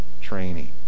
training